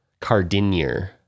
Cardinier